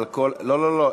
לא לא לא,